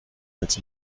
als